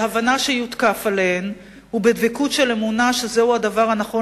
בהבנה שיותקף עליהן ובדבקות של אמונה שזהו הדבר הנכון